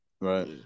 Right